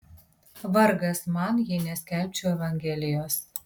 vargas man jei neskelbčiau evangelijos